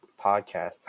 podcast